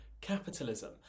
capitalism